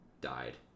died